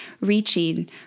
reaching